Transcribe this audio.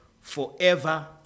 forever